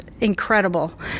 incredible